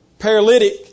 paralytic